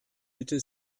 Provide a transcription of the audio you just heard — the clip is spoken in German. bitte